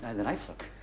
and that i took.